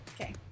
Okay